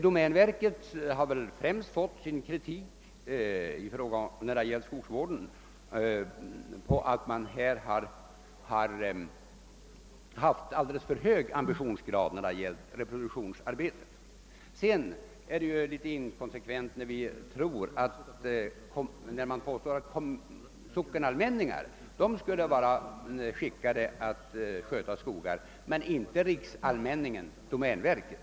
Virkesuttaget kan dock vara detsamma under lång tid. Domänverket har väl i fråga om skogsvärden främst kritiserats för att ambitionsgraden är alldeles för hög beträffande reproduktionsarbetet på sämre skogsmarker. Sedan är det litet inkonsekvent att påstå att sockenallmänningar skulle vara skickade att sköta skogar men inte riksallmänningen, d.v.s. domänverket.